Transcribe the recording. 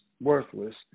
worthless